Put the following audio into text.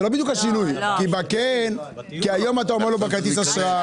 זה לא בדיוק השינוי כי היום אתה אומר לו בכרטיס אשראי.